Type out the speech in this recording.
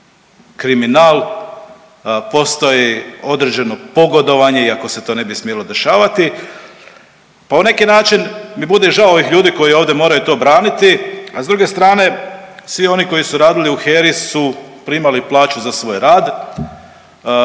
kriminal, postoji određeno pogodovanje iako se to ne bi smjelo dešavati. Pa u neki način mi bude žao ovih ljudi koji ovdje moraju to braniti, a s druge strane svi oni koji su radili u HERA-i su primali plaću svoj rad.